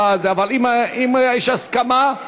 אם יש הסכמה.